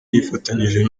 yifatanyije